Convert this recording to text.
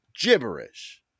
gibberish